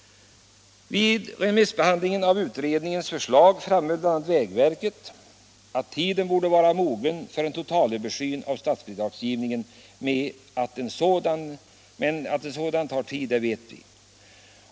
Vid remissbehandlingen av utredningens förslag framhöll bl.a. vägverket att tiden borde vara mogen för en totalöversyn av statsbidragsgivningen men att en sådan tar tid.